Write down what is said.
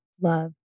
love